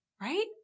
Right